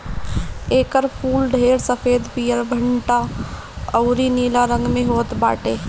एकर फूल ढेर सफ़ेद, पियर, भंटा अउरी नीला रंग में होत बाटे